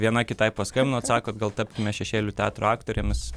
viena kitai paskambinot sakot gal tapkime šešėlių teatro aktorėmis